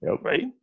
right